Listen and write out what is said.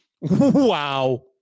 Wow